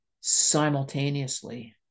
simultaneously